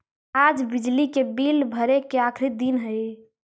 आज बिजली के बिल भरे के आखिरी दिन हई